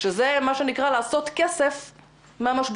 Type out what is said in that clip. שזה מה שנקרא לעשות כסף מהמשבר.